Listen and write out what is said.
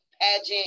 pageant